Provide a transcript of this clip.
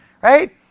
right